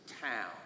town